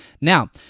Now